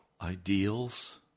ideals